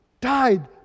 died